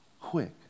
quick